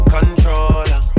Controller